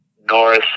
Norris